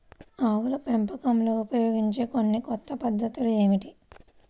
ఆవుల పెంపకంలో ఉపయోగించే కొన్ని కొత్త పద్ధతులు ఏమిటీ?